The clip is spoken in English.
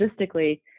logistically